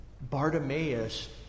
Bartimaeus